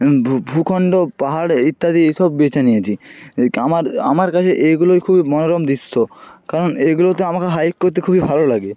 ভূখণ্ড পাহাড়ে ইত্যাদি এইসব বেছে নিয়েছি আমার আমার কাছে এগুলোই খুব মনোরম দৃশ্য কারণ এগুলোতে আমাকে হাইক করতে খুবই ভালো লাগে